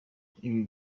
ibi